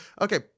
Okay